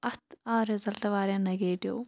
اتھ آو رِزَلٹ واریاہ نیٚگیٹوٗ